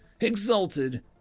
exalted